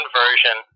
version